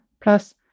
Plus